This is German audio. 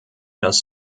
das